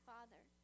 Father